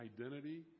identity